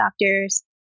doctors